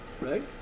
right